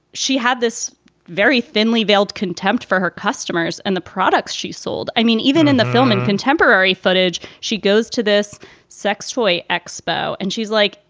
she had this very thinly veiled contempt for her customers and the products she sold? i mean, even in the film and contemporary footage, she goes to this sex toy expo and she's like,